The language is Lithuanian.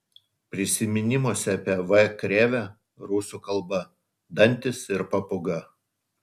prisiminimuose apie v krėvę rusų kalba dantys ir papūga